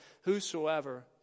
whosoever